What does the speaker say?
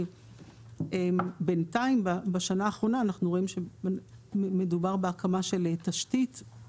כי בינתיים שנה האחרונה אנחנו רואים שמדובר בהקמה של תשתית.